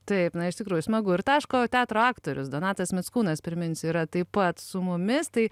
taip na iš tikrųjų smagu ir taško teatro aktorius donatas mickūnas priminsiu yra taip pat su mumis tai